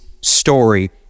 story